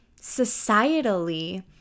societally